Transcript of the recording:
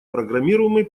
программируемый